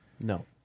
No